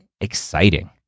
exciting